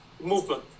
movement